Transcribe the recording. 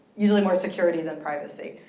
usually more security than privacy.